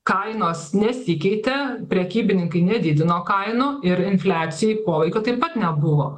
kainos nesikeitė prekybininkai nedidino kainų ir infliacijai poveikio taip pat nebuvo